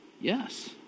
Yes